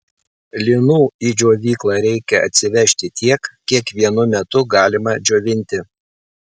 linų į džiovyklą reikia atsivežti tiek kiek vienu metu galima džiovinti